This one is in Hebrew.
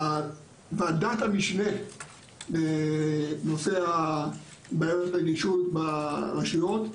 ועדת המשנה לנושא בעיות הנגישות ברשויות,